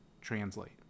translate